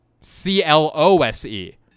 C-L-O-S-E